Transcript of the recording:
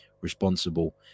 responsible